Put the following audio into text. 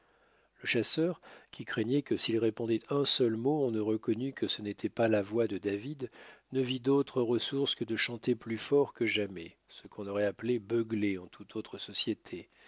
le chasseur qui craignait que s'il répondait un seul mot on ne reconnût que ce n'était pas la voix de david ne vit d'autre ressource que de chanter plus fort que jamais ce qu'on aurait appelé beugler en toute autre société